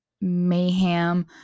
mayhem